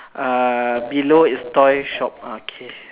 ah below is toy shop ah K